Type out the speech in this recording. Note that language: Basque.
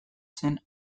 zen